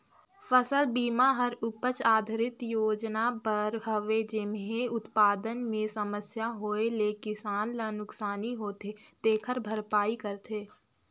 फसल बिमा हर उपज आधरित योजना बर हवे जेम्हे उत्पादन मे समस्या होए ले किसान ल नुकसानी होथे तेखर भरपाई करथे